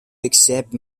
accepts